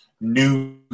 new